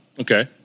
Okay